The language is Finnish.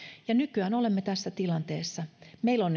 ja nykyään olemme tässä tilanteessa meillä on